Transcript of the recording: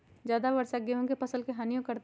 ज्यादा वर्षा गेंहू के फसल के हानियों करतै?